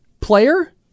player